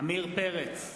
עמיר פרץ,